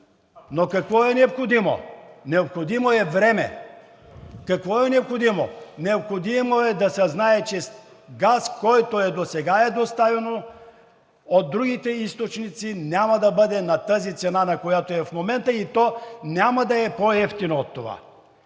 се. Какво е необходимо? Необходимо е време, необходимо е да се знае, че газ, който досега е доставян от другите източници, няма да бъде на тази цена, на която е в момента, и то няма да е по-евтино от това.